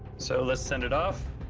so let's send it off.